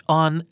on